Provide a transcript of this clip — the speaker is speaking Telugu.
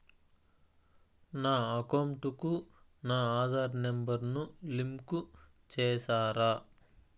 నా అకౌంట్ కు నా ఆధార్ నెంబర్ ను లింకు చేసారా